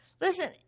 Listen